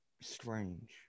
strange